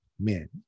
Men